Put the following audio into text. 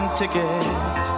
ticket